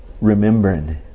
remembering